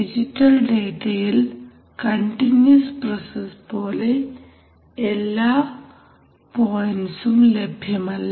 digital ഡേറ്റയിൽ continuous process പോലെ എല്ലാ പോയ്ന്റ്സും ലഭ്യമല്ല